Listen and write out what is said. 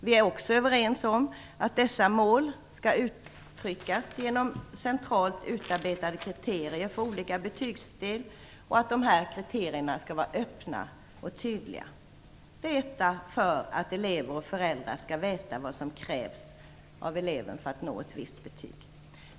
Vi är också överens om att dessa mål skall uttryckas genom centralt utarbetade kriterier för olika betygssteg och att dessa kriterier skall vara tydliga och öppna, detta för att elever och föräldrar skall veta vad som krävs av eleven för att nå ett visst betyg.